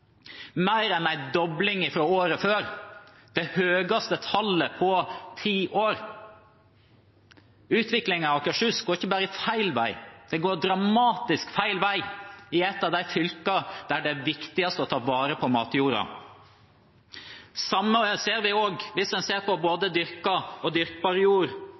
mer enn en dobling fra året før – det høyeste tallet på ti år. Utviklingen i Akershus går ikke bare feil vei, den går dramatisk feil vei i et av de fylkene der det er viktigst å ta vare på matjorda. Det samme ser vi også hvis en ser på både dyrket og dyrkbar jord